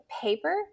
paper